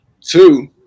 two